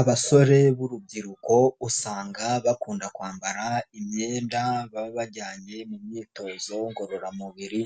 Abasore b'urubyiruko usanga bakunda kwambara imyenda baba bajyanye mu myitozo ngororamubiri,